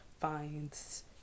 finds